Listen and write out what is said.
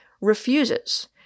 refuses